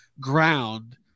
ground